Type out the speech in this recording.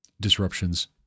disruptions